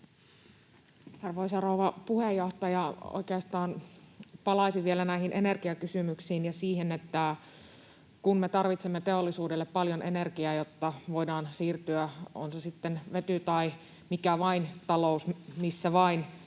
Arvoisa rouva puheenjohtaja! Oikeastaan palaisin vielä näihin energiakysymyksiin ja siihen, että me tarvitsemme teollisuudelle paljon energiaa, jotta voidaan siirtyä sitten vety- tai mihin vain talouteen missä vain